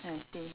I see